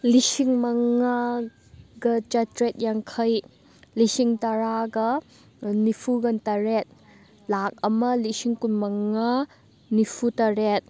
ꯂꯤꯁꯤꯡ ꯃꯉꯥꯒ ꯆꯥꯥꯇ꯭ꯔꯦꯠ ꯌꯥꯡꯈꯩ ꯂꯤꯁꯤꯡ ꯇꯔꯥꯒ ꯅꯤꯐꯨꯒ ꯇꯔꯦꯠ ꯂꯥꯈ ꯑꯃ ꯂꯤꯁꯤꯡ ꯀꯨꯟ ꯃꯉꯥ ꯅꯤꯐꯨꯇꯔꯦꯠ